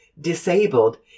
disabled